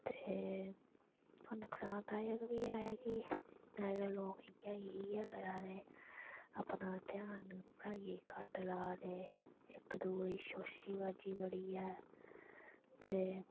ते नुकसान ता एह् के भाई ऐ कि अजकल लोक इ'यां इ'यै करै दे अपना ध्यान पढ़ाइयै च घट्ट ला दे इक दूए गी शोशोबाजी बड़ी ऐ ते